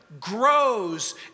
Grows